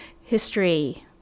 history